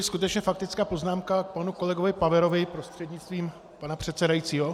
Skutečně faktická poznámka k panu kolegovi Paverovi prostřednictvím pana předsedajícího.